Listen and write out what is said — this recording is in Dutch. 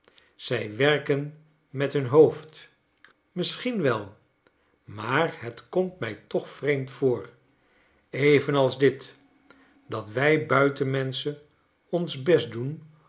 zij werken met hun hoofd misschien wel maar het komt mij toch vreemd voor even als dit dat wij buitenmenschen ons best doen